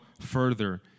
further